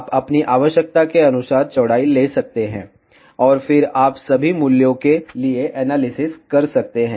आप अपनी आवश्यकता के अनुसार चौड़ाई ले सकते हैं और फिर आप सभी मूल्यों के लिए एनालिसिस कर सकते हैं